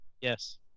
Yes